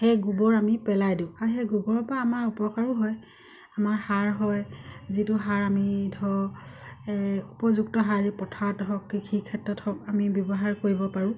সেই গোবৰ আমি পেলাই দিওঁ আৰু সেই গোবৰৰ পৰা আমাৰ উপকাৰো হয় আমাৰ সাৰ হয় যিটো সাৰ আমি ধৰক উপযুক্ত সাৰ যি পথাৰত হওক কৃষিৰ ক্ষেত্ৰত হওক আমি ব্যৱহাৰ কৰিব পাৰোঁ